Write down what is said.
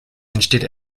entsteht